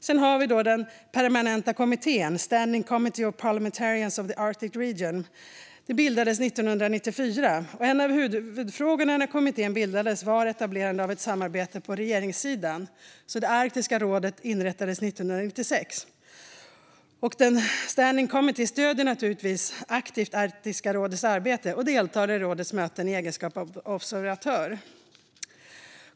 Den permanenta kommittén, Standing Committee of the Parliamentarians of the Arctic Region, bildades 1994. En av huvudfrågorna när kommittén bildades var etablerandet av ett samarbete på regeringssidan, och Arktiska rådet inrättades 1996. Standing Committee stöder aktivt Arktiska rådets arbete och deltar i rådets möten i egenskap av observatör.